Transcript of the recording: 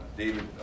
David